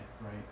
right